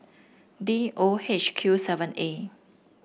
D O H Q seven A